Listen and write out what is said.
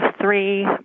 three